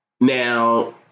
now